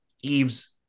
Eve's